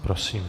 Prosím.